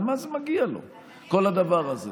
על מה זה מגיע לו כל הדבר הזה?